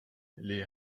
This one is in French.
les